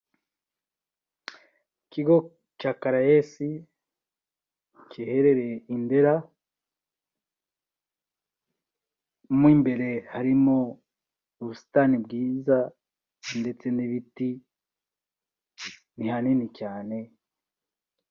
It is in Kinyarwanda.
Ikigo cya CARAES giherereye i Ndera , mwimbere harimo ubusitani bwiza ndetse n’ibiti ni hanini cyane.